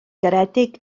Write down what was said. garedig